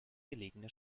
gelegene